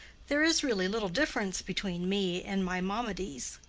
there is really little difference between me and maimonides.